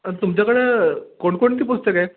आणि तुमच्याकडं कोणकोणती पुस्तकं आहेत